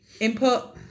input